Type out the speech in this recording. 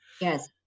Yes